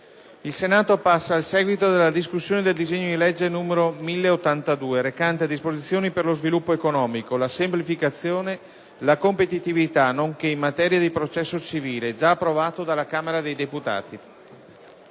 tribuna. Seguito della discussione del disegno di legge: (1082) Disposizioni per lo sviluppo economico, la semplificazione, la competitivita` nonche´ in materia di processo civile (Approvato dalla Camera dei deputati)